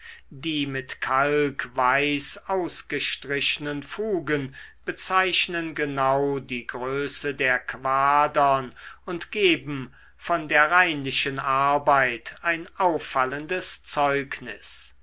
die mit kalk weiß ausgestrichenen fugen bezeichnen genau die größe der quadern und geben von der reinlichen arbeit ein auffallendes zeugnis